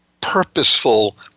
purposeful